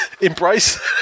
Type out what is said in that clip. Embrace